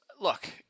look